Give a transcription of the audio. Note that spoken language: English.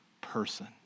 person